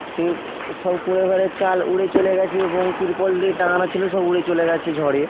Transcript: সে সব কুঁড়ে ঘরের চাল উড়ে চলে গিয়েছে এবং ত্রিপল দিয়ে টাঙানো ছিল সব উড়ে চলে গিয়েছে ঝড়ে